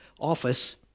office